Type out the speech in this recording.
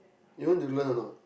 you want to learn or not